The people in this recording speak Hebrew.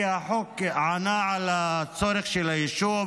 כי החוק ענה על הצורך של היישוב.